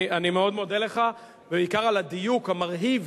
אני מאוד מודה לך, בעיקר על הדיוק המרהיב